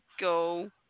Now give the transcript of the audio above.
go